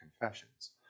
confessions